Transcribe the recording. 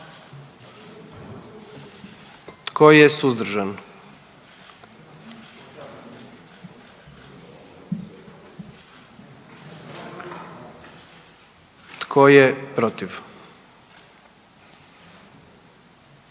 Tko je suzdržan? I tko je protiv?